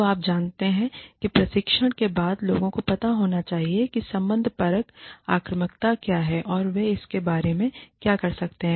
तो आप जानते हैं कि प्रशिक्षण के बाद लोगों को पता होना चाहिए कि संबंधपरक आक्रामकता क्या है और वे इसके बारे में क्या कर सकते हैं